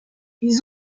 ils